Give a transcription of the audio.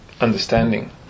understanding